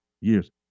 Years